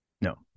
No